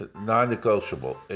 non-negotiable